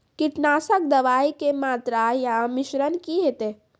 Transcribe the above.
कीटनासक दवाई के मात्रा या मिश्रण की हेते?